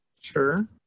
sure